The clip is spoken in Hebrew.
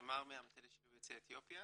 מהמטה לשילוב יוצאי אתיופיה.